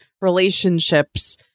relationships